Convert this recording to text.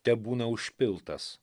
tebūna užpiltas